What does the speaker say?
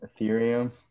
Ethereum